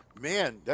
Man